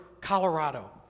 Colorado